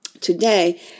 Today